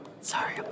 Sorry